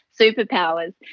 superpowers